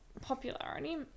popularity